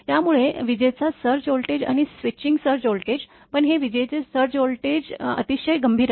त्यामुळे विजेचा surge voltage आणि स्विचिंग सर्ज व्होल्टेज पण हे विजेचे सर्ज व्होल्टेज अतिशय गंभीर आहे